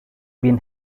been